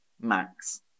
Max